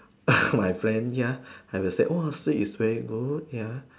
my friend ya I will say !wah! sleep is very good ya